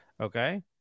Okay